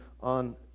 on